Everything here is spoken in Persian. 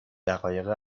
دقایق